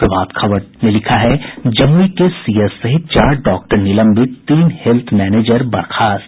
प्रभात खबर ने लिखा है जमुई के सीएस सहित चार डॉक्टर निलंबित तीन हेल्थ मैनेजर बर्खास्त